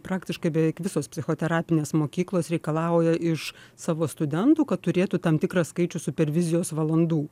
praktiškai beveik visos psichoterapinės mokyklos reikalauja iš savo studentų kad turėtų tam tikrą skaičių supervizijos valandų